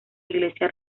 iglesia